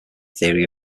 theory